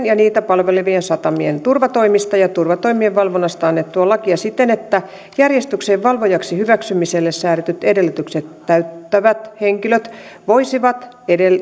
ja niitä palvelevien satamien turvatoimista ja turvatoimien valvonnasta annettua lakia siten että järjestyksenvalvojaksi hyväksymiselle säädetyt edellytykset täyttävät henkilöt voisivat